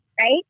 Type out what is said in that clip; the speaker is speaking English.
Right